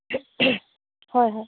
হয় হয়